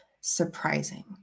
surprising